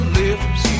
lips